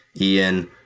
Ian